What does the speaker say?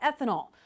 ethanol